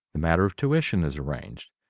the matter of tuition is arranged,